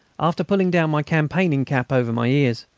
after pulling down my campaigning cap over my ears.